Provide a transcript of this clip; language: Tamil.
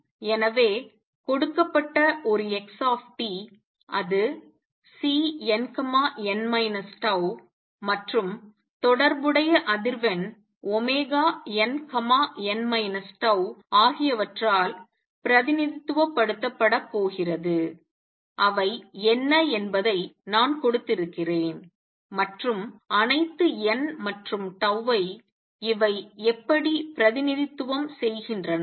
எனவே கொடுக்கப்பட்ட ஒரு x அது Cnn τ மற்றும் தொடர்புடைய அதிர்வெண் nn τ ஆகியவற்றால் பிரதிநிதித்துவப்படுத்தப்படப் போகிறது அவை என்ன என்பதை நான் கொடுத்திருக்கிறேன் மற்றும் அனைத்து n மற்றும் ஐ இவை எப்படி பிரதிநிதித்துவம் செய்கின்றன